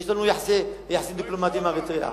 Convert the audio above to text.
יש לנו יחסים דיפלומטיים עם אריתריאה.